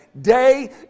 day